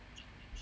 mm